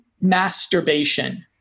masturbation